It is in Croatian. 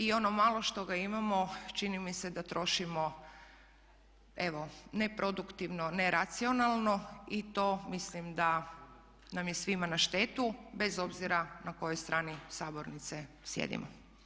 I ono malo što ga imamo čini mi se da trošimo evo ne produktivno, ne racionalno i to mislim da nam je svima na štetu bez obzira na kojoj strani sabornice sjedimo.